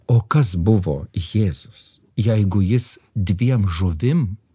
o kas buvo jėzus jeigu jis dviem žuvim